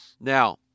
Now